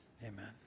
amen